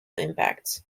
impacts